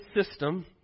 system